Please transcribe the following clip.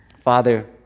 Father